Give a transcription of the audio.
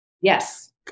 Yes